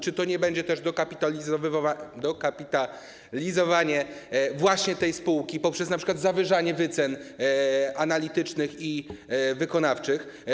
Czy to nie będzie też dokapitalizowanie właśnie tej spółki poprzez np. zawyżanie wycen analitycznych i wykonawczych?